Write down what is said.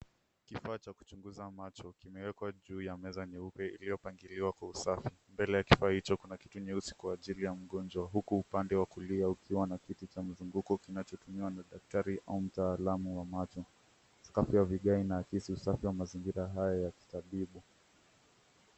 Kifaa cha kuchunguza macho, kimewekwa juu ya meza nyeupe iliyopangiliwa kwa usafi. Mbele ya kifaa hicho kuna kitu nyeusi kwa ajili ya mgonjwa, huku upande wa kulia ukiwa na kiti cha mzunguko kinachotumiwa na daktari au mtaalamu wa macho. Sakafu ya vigae inaakisi usafi wa mazingira hayo ya kitabibu.